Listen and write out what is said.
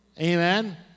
Amen